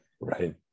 Right